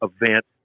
event